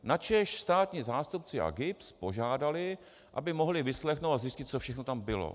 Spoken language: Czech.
Načež státní zástupci a GIBS požádali, aby mohli vyslechnout a zjistit, co všechno tam bylo.